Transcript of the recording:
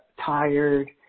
tired